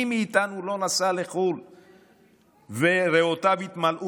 מי מאיתנו לא נסע לחו"ל וריאותיו התמלאו